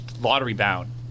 lottery-bound